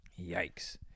yikes